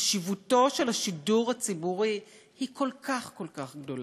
חשיבותו של השידור הציבורי היא כל כך כל כך גדולה.